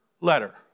letter